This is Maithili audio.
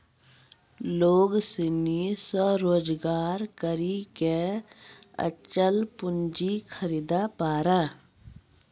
लोग सनी स्वरोजगार करी के अचल पूंजी खरीदे पारै